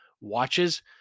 watches